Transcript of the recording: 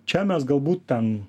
čia mes galbūt ten